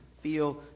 feel